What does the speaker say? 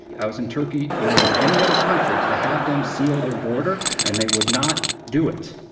i was in turkey more than any other country to have them seal their border and they would not do it.